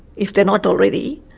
if they're not already,